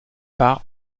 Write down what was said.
part